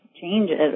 changes